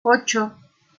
ocho